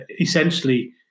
essentially